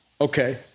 Okay